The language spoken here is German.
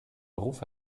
beruf